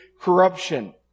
corruption